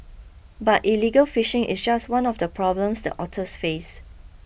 but illegal fishing is just one of the problems the otters face